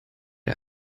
der